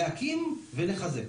להקים ולחזק,